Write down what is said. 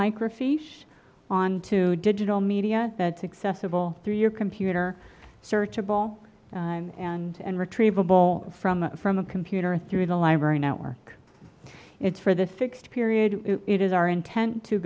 microfiche onto digital media that's accessible through your computer searchable and retrievable from from a computer through the library network it's for this fixed period it is our intent to